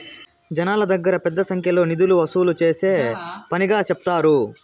జనాల దగ్గర పెద్ద సంఖ్యలో నిధులు వసూలు చేసే పనిగా సెప్తారు